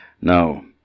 Now